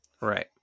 Right